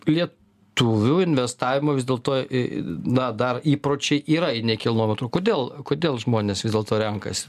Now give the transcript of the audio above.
lietuvių investavimo vis dėlto na dar įpročiai yra į nekilnojamą turtą kodėl kodėl žmonės vis dėlto renkasi